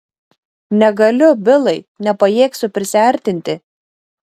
negaliu bilai nepajėgsiu prisiartinti